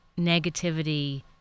negativity